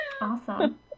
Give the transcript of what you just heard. Awesome